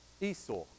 Esau